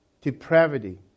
depravity